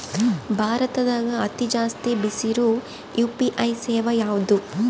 ಭಾರತದಗ ಅತಿ ಜಾಸ್ತಿ ಬೆಸಿರೊ ಯು.ಪಿ.ಐ ಸೇವೆ ಯಾವ್ದು?